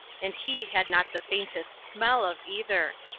and he had not the faintest smell of either.